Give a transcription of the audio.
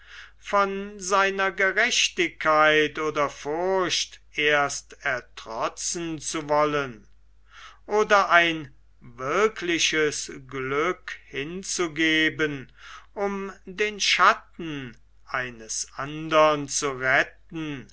von seiner gerechtigkeit oder furcht erst ertrotzen zu wollen oder ein wirkliches glück hinzugeben um den schatten eines andern zu retten